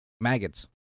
maggots